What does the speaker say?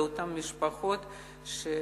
לאותן משפחות.